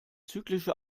zyklische